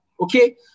Okay